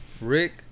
Rick